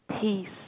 peace